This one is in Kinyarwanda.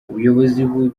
ubuyobozi